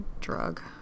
drug